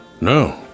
No